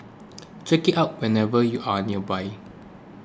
check it out whenever you are nearby